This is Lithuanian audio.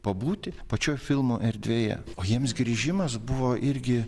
pabūti pačioj filmo erdvėje o jiems grįžimas buvo irgi